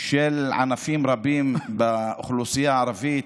של ענפים רבים באוכלוסייה הערבית,